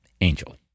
angel